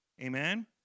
Amen